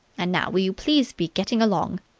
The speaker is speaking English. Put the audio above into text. and now will you please be getting along.